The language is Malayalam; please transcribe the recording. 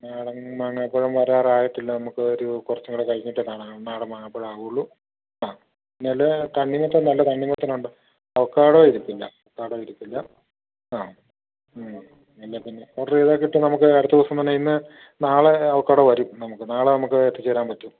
നാടൻ മാങ്ങ പഴം വരാറായിട്ടില്ല നമുക്ക് ഒരു കുറച്ചും കൂടെ കഴിഞ്ഞിട്ട് വേണം നാടൻ മാങ്ങ പഴം ഉള്ളു ആ നല്ല തണ്ണിമത്തൻ നല്ല തണ്ണിമത്തനുണ്ട് അവക്കാടൊ ഇരിപ്പില്ല അവക്കാടൊ ഇരിപ്പില്ല ആ മ് അല്ലേൽ പിന്നെ ഓർഡറുകൾ കിട്ടും നമുക്ക് അടുത്ത ദിവസം തന്നെ ഇന്ന് നാളെ അവക്കാടൊ വരും നമുക്ക് നാളെ നമുക്ക് എത്തിച്ചരാൻ പറ്റും